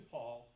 Paul